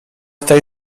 tej